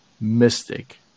mystic